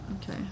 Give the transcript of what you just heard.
Okay